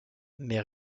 mais